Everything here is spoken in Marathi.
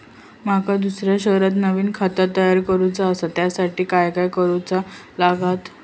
माका दुसऱ्या शहरात नवीन खाता तयार करूचा असा त्याच्यासाठी काय काय करू चा लागात?